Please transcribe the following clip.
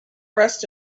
rest